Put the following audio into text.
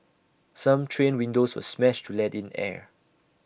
some train windows were smashed to let in air